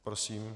Prosím.